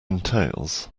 entails